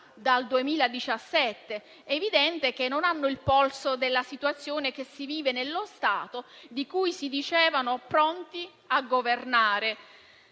dal 2017. È evidente che non hanno il polso della situazione che si vive in quello Stato che si dicevano pronti a governare.